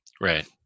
Right